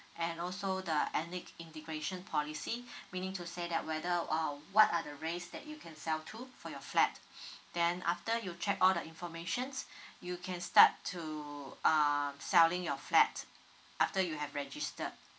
and also the ethnic integration policy meaning to say that whether uh what are the race that you can sell to for your flat then after you check all the information you can start to um selling your flat after you have registered